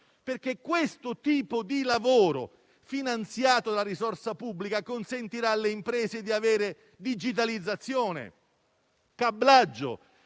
perché questo tipo di lavoro, finanziato dalla risorsa pubblica, consentirà alle imprese di avere digitalizzazione e cablaggio,